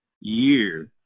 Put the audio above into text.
year